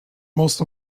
most